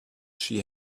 she